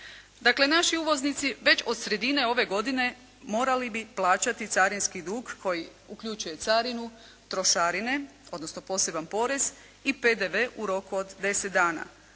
Dakle naši uvoznici već od sredine ove godine morali bi plaćati carinski dug koji uključuje carinu, trošarine, odnosno poseban porez i PDV u roku od 10 dana.